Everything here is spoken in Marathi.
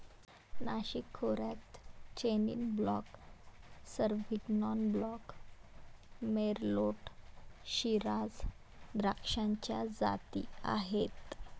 नाशिक खोऱ्यात chenin blanc, sauvignon blanc, merlot, shiraz द्राक्षाच्या जाती आहेत